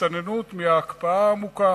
הצטננות מההקפאה העמוקה.